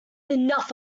enough